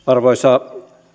arvoisa